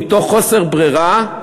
מתוך חוסר ברירה,